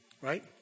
Right